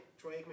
Troy